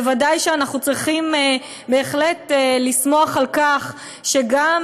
ודאי שאנחנו צריכים בהחלט לשמוח על כך שגם